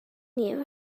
you